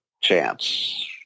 chance